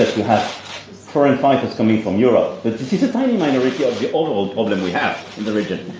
have foreign fighters coming from europe, but this is a tiny minority of the overall problem we have in the region.